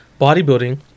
Bodybuilding